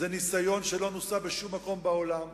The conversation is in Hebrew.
זה ניסיון שלא נוסה בשום מקום בעולם,